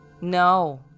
No